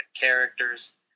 characters